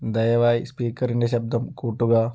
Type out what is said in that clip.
ദയവായി സ്പീക്കറിൻ്റെ ശബ്ദം കൂട്ടുക